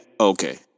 Okay